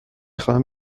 خواهم